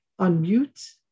unmute